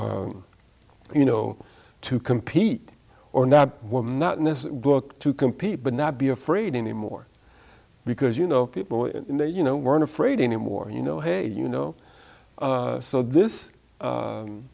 to you know to compete or not woman not in this book to compete but not be afraid anymore because you know they you know weren't afraid anymore you know hey you know so this